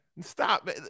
stop